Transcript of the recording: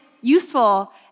useful